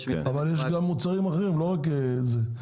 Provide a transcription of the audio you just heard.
אבל יש גם מוצרים אחרים, לא רק זה.